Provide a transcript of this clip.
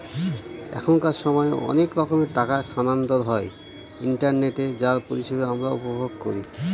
এখনকার সময় অনেক রকমের টাকা স্থানান্তর হয় ইন্টারনেটে যার পরিষেবা আমরা উপভোগ করি